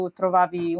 trovavi